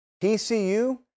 PCU